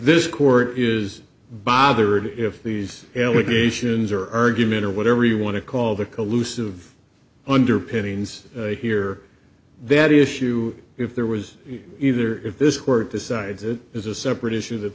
this court is bothered if these allegations are are given or whatever you want to call the collusive underpinnings here that issue if there was either if this court decides it is a separate issue that